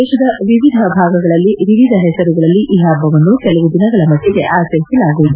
ದೇತದ ವಿವಿಧ ಭಾಗಗಳಲ್ಲಿ ವಿವಿಧ ಹೆಸರುಗಳಲ್ಲಿ ಈ ಹಬ್ಬವನ್ನು ಕೆಲವು ದಿನಗಳ ಮಟ್ಟಿಗೆ ಆಚರಿಸಲಾಗುವುದು